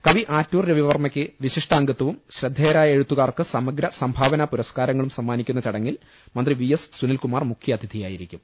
കവി ആറ്റൂർ രവിവർമ്മയ്ക്ക് വിശിഷ്ടാംഗത്വവും ശ്രദ്ധേയരായ എഴുത്തുകാർക്ക് സമഗ്ര സംഭാവനാ പുരസ്കാരങ്ങളും സമ്മാനിക്കുന്ന ചടങ്ങിൽ മന്ത്രി വി എസ് സുനിൽകുമാർ മുഖ്യാതിഥിയായിരിക്കും